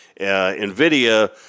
NVIDIA